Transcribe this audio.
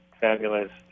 fabulous